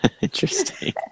Interesting